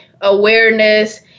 awareness